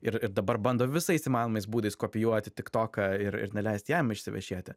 ir ir dabar bando visais įmanomais būdais kopijuoti tik toką ir ir neleist jam išsivešėti